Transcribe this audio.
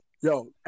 Yo